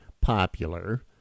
popular